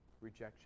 Rejection